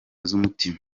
z’umutima